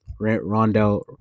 Rondell